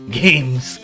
games